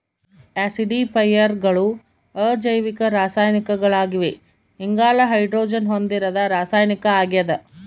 ಆಸಿಡಿಫೈಯರ್ಗಳು ಅಜೈವಿಕ ರಾಸಾಯನಿಕಗಳಾಗಿವೆ ಇಂಗಾಲ ಹೈಡ್ರೋಜನ್ ಹೊಂದಿರದ ರಾಸಾಯನಿಕ ಆಗ್ಯದ